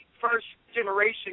first-generation